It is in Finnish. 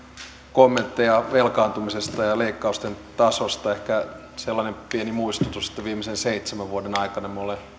kommentteja velkaantumisesta ja ja leikkausten tasosta ehkä sellainen pieni muistutus että viimeisen seitsemän vuoden aikana me olemme